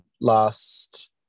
last